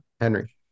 Henry